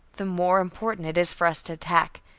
the more important it is for us to attack,